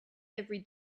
every